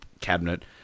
cabinet